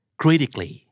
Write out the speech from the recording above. critically